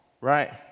right